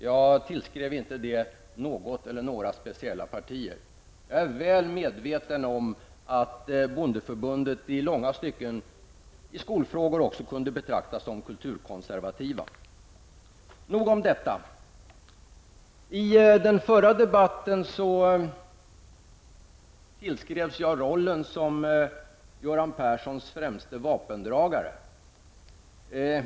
Jag tillskrev inte det påståendet något eller några speciella partier. Jag är väl medveten om att bondeförbundet i långa stycken, även i skolfrågor, kunde betraktas som kulturkonservativt. I den förra debatten tillskrevs jag rollen som Göran Perssons främsta vapendragare.